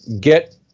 get